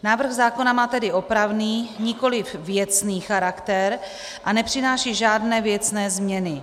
Návrh zákona má tedy opravný, nikoli věcný charakter a nepřináší žádné věcné změny.